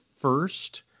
first